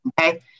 Okay